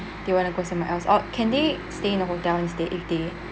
they want to go somewhere else or can they stay in a hotel instead if they